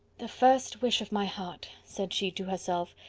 the first wish of my heart, said she to herself,